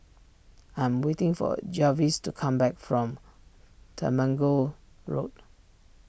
I am waiting for Jarvis to come back from Temenggong Road